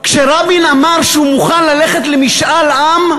כשרבין אמר שהוא מוכן ללכת למשאל עם,